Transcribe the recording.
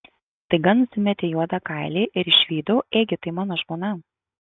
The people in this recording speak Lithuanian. staiga nusimetė juodą kailį ir išvydau ėgi tai mano žmona